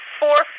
four